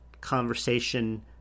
conversation